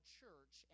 church